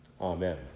Amen